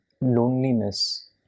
loneliness